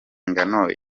ngano